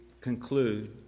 conclude